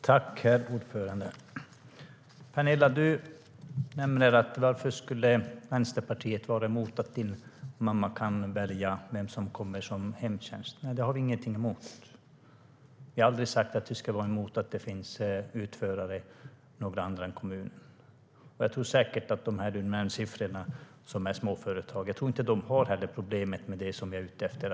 Herr ålderspresident! Penilla Gunther frågade varför Vänsterpartiet är emot att hennes mamma kan välja hemtjänst. Det har vi ingenting emot. Vi har aldrig sagt att vi är emot att det finns andra utförare än kommuner. Jag tror säkert att de siffror och småföretag som Penilla Gunther nämnde inte innebär de problem som vi är ute efter.